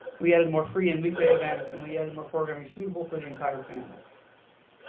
we added more free and weekday events. and we added more programming suitable for the entire family.